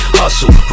hustle